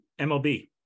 MLB